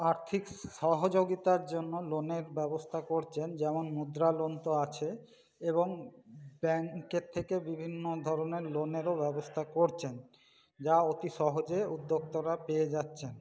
আর্থিক সহযোগিতার জন্য লোনের ব্যবস্থা করছেন যেমন মুদ্রা লোন তো আছে এবং ব্যাংকের থেকে বিভিন্ন ধরনের লোনেরও ব্যবস্থা করছেন যা অতি সহজে উদ্যোক্তারা পেয়ে যাচ্ছেন